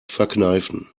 verkneifen